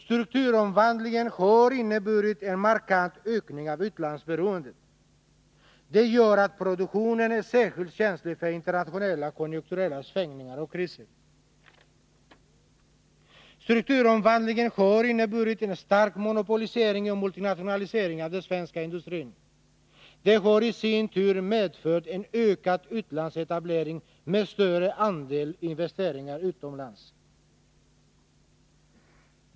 Strukturomvandlingen har inneburit en markant ökning av utlandsberoendet. Det gör att produktionen är särskilt känslig för internationella konjunkturella svängningar och kriser. Strukturomvandlingen har inneburit en stark monopolisering och multinationalisering av den svenska industrin. Det har i sin tur medfört en ökad utlandsetablering med större andel investeringar utomlands.